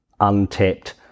untapped